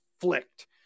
flicked